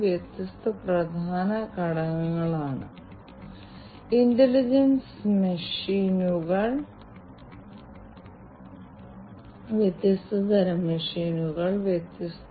ഒരു യന്ത്രത്തിന്റെ ഒരു പ്രത്യേക ഘടകം ശരിയായി പ്രവർത്തിക്കുന്നുണ്ടോ ഇല്ലയോ എന്നത് പോലുള്ള നിർണായക ഘടകങ്ങൾ നിരീക്ഷിക്കാൻ വ്യത്യസ്ത സെൻസറുകൾ ഉപയോഗിക്കുന്നു